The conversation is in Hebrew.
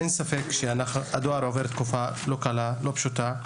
אין ספק שהדואר עובר תקופה לא קלה, לא פשוטה.